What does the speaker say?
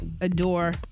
adore